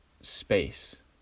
space